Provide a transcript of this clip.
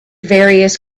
various